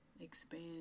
expand